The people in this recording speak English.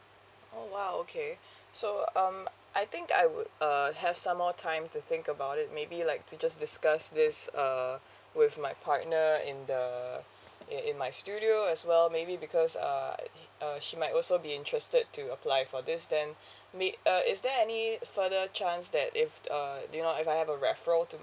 oh !wow! okay so um I think I would err have some more time to think about it maybe like to just discuss this uh with my partner in the in in my studio as well maybe because uh uh she might also be interested to apply for this then may uh is there any further chance that if uh you know if I have a very referral to